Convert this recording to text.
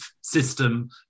system